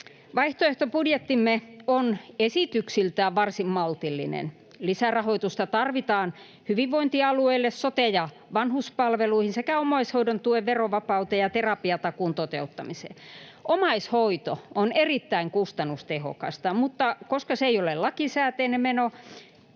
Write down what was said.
Vaihtoehtobudjettimme on esityksiltään varsin maltillinen. Lisärahoitusta tarvitaan hyvinvointialueille sote- ja vanhuspalveluihin sekä omaishoidon tuen verovapauteen ja terapiatakuun toteuttamiseen. Omaishoito on erittäin kustannustehokasta, mutta koska se ei ole lakisääteinen meno,